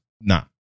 nah